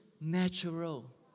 natural